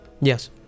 Yes